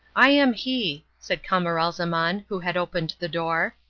i am he, said camaralzaman, who had opened the door.